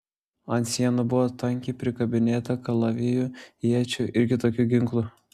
ant sienų buvo tankiai prikabinėta kalavijų iečių ir kitokių ginklų